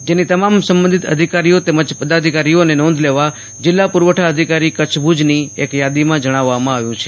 જેની તમામ સબંધિત અધિકારીઓ તેમજ પદાધિકારીઓએ નોંધ લેવા જિલ્લા પુરવઠા અધિકારીકચ્છ ભુજની યાદીમાં જણાવ્યું છે